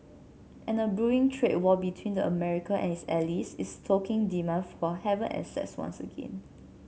and a brewing trade war between the America and its allies is stoking demand for haven assets once again